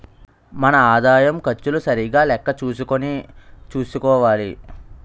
మన ఆదాయం ఖర్చులు సరిగా లెక్క చూసుకుని చూసుకోవాలి